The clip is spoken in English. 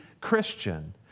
Christian